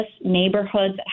neighborhoods